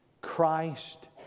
Christ